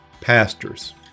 pastors